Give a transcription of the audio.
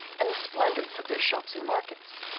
and the splendour of their shops and markets,